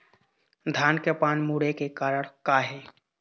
धान के पान मुड़े के कारण का हे?